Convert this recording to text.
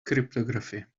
cryptography